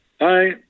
Hi